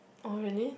oh really